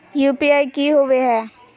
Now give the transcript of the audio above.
UPI की होवे है?